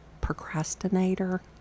procrastinator